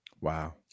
Wow